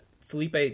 Felipe